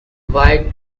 why